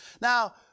Now